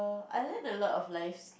I learn a lot of lifes